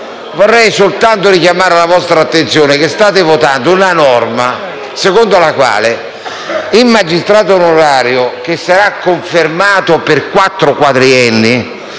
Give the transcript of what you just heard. vorrei soltanto richiamare la vostra attenzione sul fatto che state votando una norma secondo la quale il magistrato onorario, che sarà confermato per quattro quadrienni